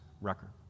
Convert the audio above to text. record